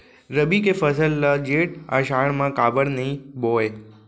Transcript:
रबि के फसल ल जेठ आषाढ़ म काबर नही बोए?